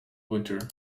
winter